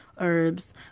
herbs